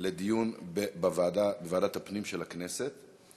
לדיון בוועדת הפנים של הכנסת.